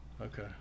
Okay